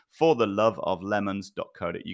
ForTheLoveOfLemons.co.uk